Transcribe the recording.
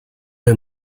her